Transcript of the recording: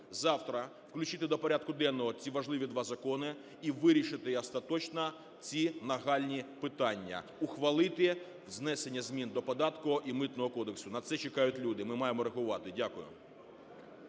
завтра включити до порядку денного ці важливі два закони і вирішити остаточно ці нагальні питання, ухвалити внесення змін до податку і Митного кодексу. На це чекають люди, ми маємо рахувати. Дякую.